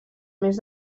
mes